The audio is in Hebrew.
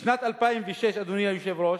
בשנת 2006, אדוני היושב-ראש,